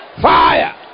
fire